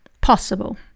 possible